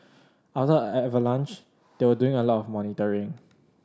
other avalanche they were doing a lot of monitoring